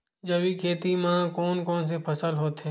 जैविक खेती म कोन कोन से फसल होथे?